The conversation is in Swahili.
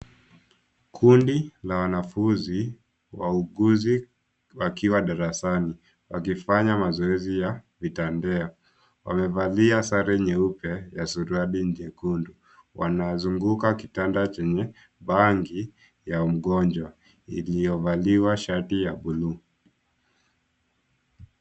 Kundi la wanafunzi wauguzi wakiwa darasani, wakifanya mazoezi ya vitandea. Wamevalia sare nyeupe ya suruali nyekundu, wanazunguka kitanda chenye baangi ya mgonjwa iliyovaliwa shati ya buluu.